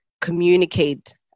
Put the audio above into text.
communicate